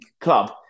club